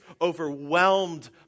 overwhelmed